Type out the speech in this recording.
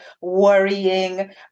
worrying